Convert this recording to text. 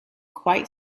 quite